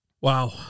wow